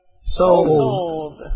Sold